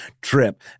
trip